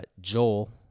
Joel